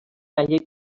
gallec